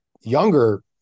younger